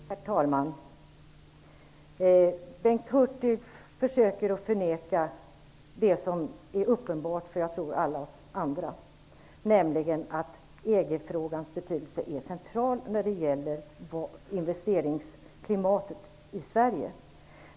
Herr talman! Bengt Hurtig försöker förneka det som är uppenbart för alla oss andra, nämligen att EG-frågan är central när det gäller investeringsklimatet i Sverige.